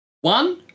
One